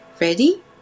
Ready